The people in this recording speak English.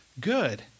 good